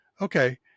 okay